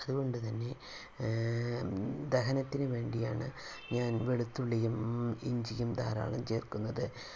അതുകൊണ്ടു തന്നെ ദഹനത്തിന് വേണ്ടിയാണ് ഞാൻ വെളുത്തുള്ളിയും ഇഞ്ചിയും ധാരാളം ചേർക്കുന്നത്